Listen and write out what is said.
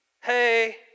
Hey